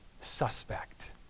suspect